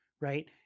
right